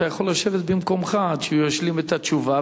אתה יכול לשבת במקומך עד שהוא ישלים את התשובה,